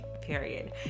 period